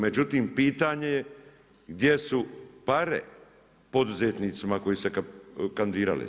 Međutim, pitanje je gdje su pare poduzetnicima koji su se kandidirali.